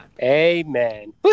Amen